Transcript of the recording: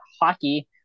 hockey—